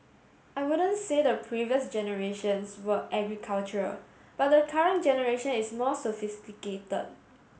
I wouldn't say the previous generations were agricultural but the current generation is more sophisticated